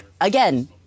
again